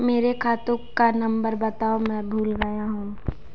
मेरे खाते का नंबर बताओ मैं भूल गया हूं